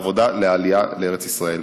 בעבודה לעלייה לארץ ישראל.